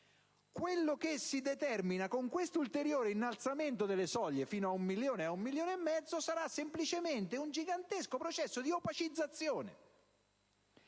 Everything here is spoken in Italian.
Ciò che si determina con questo ulteriore innalzamento delle soglie, fino a un milione o a un milione e mezzo, sarà semplicemente un gigantesco processo di opacizzazione,